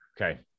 Okay